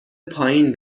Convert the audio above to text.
پایین